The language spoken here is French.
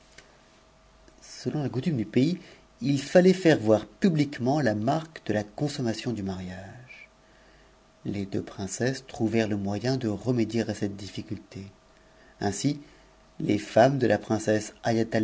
selon la coutume du pays il fallait faire voir publiquement la marque ftetaconsommation du mariage les deux princesses trouvèrent le moyen e remédier à cette dimcmté ainsi les femmes de la princesse